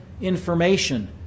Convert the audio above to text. information